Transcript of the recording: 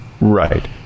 right